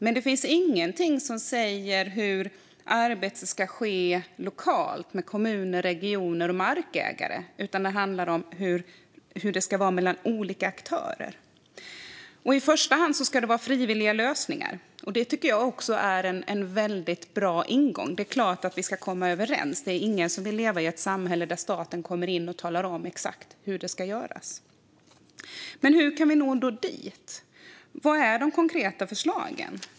Men det finns ingenting som säger hur arbetet ska ske lokalt med kommuner, regioner och markägare, utan det handlar om hur det ska vara mellan olika aktörer. I första hand ska det vara frivilliga lösningar. Det tycker jag också är en väldigt bra ingång. Det är klart att vi ska komma överens. Det är ingen som vill leva i ett samhälle där staten kommer in och talar om exakt hur det ska göras. Men hur kan vi nå dit? Vad är de konkreta förslagen?